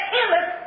endless